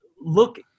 look